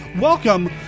welcome